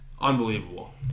Unbelievable